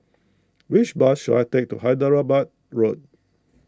which bus should I take to Hyderabad Road